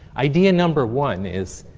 idea number one is,